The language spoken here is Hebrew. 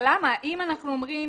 אם אנחנו אומרים